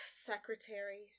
Secretary